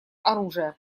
оружия